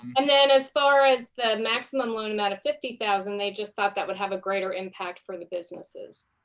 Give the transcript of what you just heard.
and then as far as the maximum loan amount of fifty thousand dollars, they just thought that would have a greater impact for the businesses.